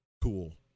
cool